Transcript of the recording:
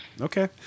Okay